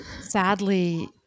sadly